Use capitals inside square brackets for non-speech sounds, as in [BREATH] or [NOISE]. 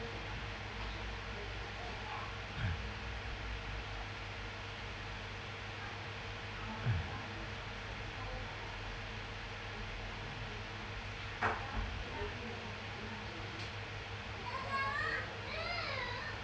[BREATH]